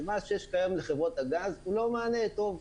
שמה שיש כיום לחברות הגז הוא לא מענה טוב,